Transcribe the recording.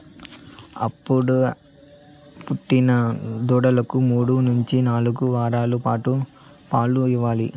అప్పుడే పుట్టిన దూడలకు మూడు నుంచి నాలుగు వారాల పాటు పాలు ఇవ్వాలి